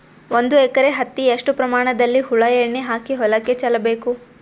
ಒಂದು ಎಕರೆ ಹತ್ತಿ ಎಷ್ಟು ಪ್ರಮಾಣದಲ್ಲಿ ಹುಳ ಎಣ್ಣೆ ಹಾಕಿ ಹೊಲಕ್ಕೆ ಚಲಬೇಕು?